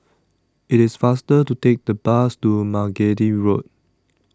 IT IS faster to Take The Bus to Margate Road